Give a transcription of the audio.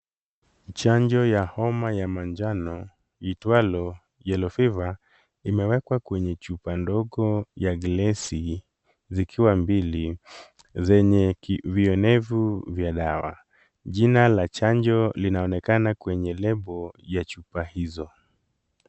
Chanjo ya homa ya manjano, iitwalo yellow fever ,imewekwa kwenye chupa ndogo ya glesi ,zikiwa mbili zenye vionevu vya dawa. Jina la chanjo linaonekana kwenye lebo ya chupa hizo.